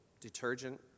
detergent